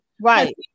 right